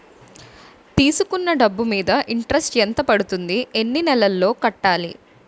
తీసుకున్న డబ్బు మీద ఇంట్రెస్ట్ ఎంత పడుతుంది? ఎన్ని నెలలో కట్టాలి?